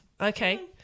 Okay